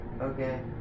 Okay